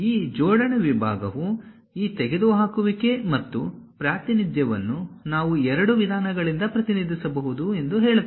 ಈ ಜೋಡಣೆ ವಿಭಾಗವು ಈ ತೆಗೆದುಹಾಕುವಿಕೆ ಮತ್ತು ಪ್ರಾತಿನಿಧ್ಯವನ್ನು ನಾವು ಎರಡು ವಿಧಾನಗಳಿಂದ ಪ್ರತಿನಿಧಿಸಬಹುದು ಎಂದು ಹೇಳುತ್ತದೆ